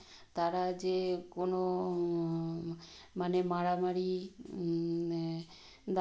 সেগুলি এইভাবে হয় যে আমরা সেই দুর্গা পুজোতে কোথাও বেড়াতে যাই খুব আনন্দ মজা